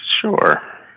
sure